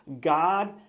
God